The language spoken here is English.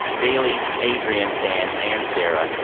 daly, adrien, dan and sarah.